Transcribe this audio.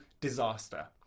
disaster